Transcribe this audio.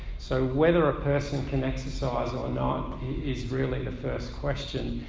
so whether a person can exercise or not is really the first question.